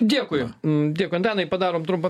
dėkui dėkui antanai padarom trumpą